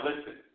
listen